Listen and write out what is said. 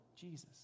Jesus